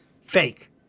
fake